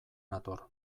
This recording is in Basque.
nator